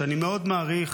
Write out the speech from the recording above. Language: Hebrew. שאני מאוד מעריך.